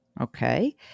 Okay